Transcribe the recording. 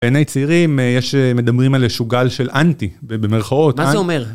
בעיני צעירים יש מדברים על איזשהו גל של אנטי במרכאות. מה זה אומר?